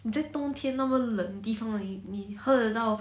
你在冬天那么冷地方你喝得到